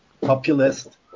populist